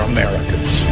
Americans